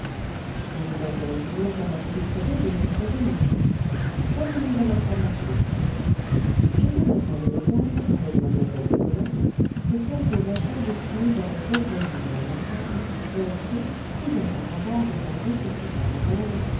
vous vous intéressez donc à ma petite protégée c'est convenu revenons à notre aventure j'étais donc allé au temple avec mlle rigolette pour quelques achats destinés à vos pauvres gens de la mansarde lorsque fouillant par hasard dans un vieux secrétaire à vendre